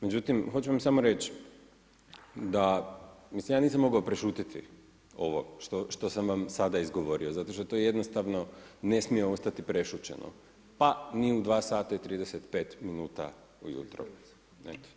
Međutim, hoću vam samo reći, mislim ja nisam mogao prešutjeti ovo što sam vam sada izgovorio, zato što to jednostavno ne smije ostati prešućeno pa ni u dva sata i 35 minuta ujutro.